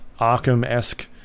arkham-esque